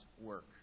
work